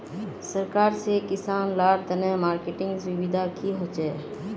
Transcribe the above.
सरकार से किसान लार तने मार्केटिंग सुविधा की होचे?